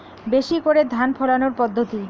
বেশি করে ধান ফলানোর পদ্ধতি?